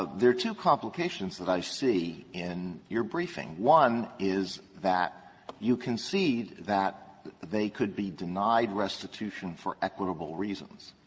ah there are two complications that i see in your briefing. one is that you concede that they could be denied restitution for equitable reasons.